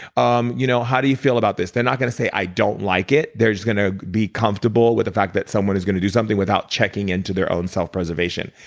um you know how do you feel about this? they're not going to say i don't like it. there's going to be comfortable with the fact that someone is going to do something without checking into their self preservation.